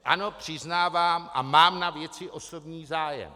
Ano, přiznávám, a mám na věci osobní zájem.